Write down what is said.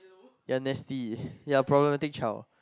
ya nasty ya problematic child